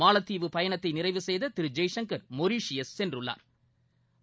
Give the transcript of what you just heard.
மாலத்தீவு பயணத்தை நிறைவு செய்த திரு ஜெய்சங்கா் மொரிஷியஸ் சென்றுள்ளாா்